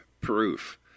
proof